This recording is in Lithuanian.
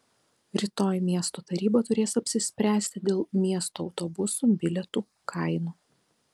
rytoj miesto taryba turės apsispręsti dėl miesto autobusų bilietų kainų